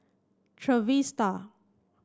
Trevista